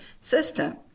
system